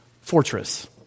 fortress